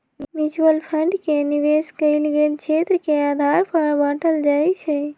mutual fund के निवेश कएल गेल क्षेत्र के आधार पर बाटल जाइ छइ